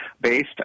based